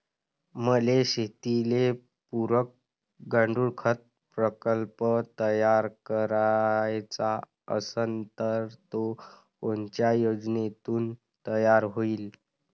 मले शेतीले पुरक गांडूळखत प्रकल्प तयार करायचा असन तर तो कोनच्या योजनेतून तयार होईन?